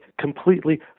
completely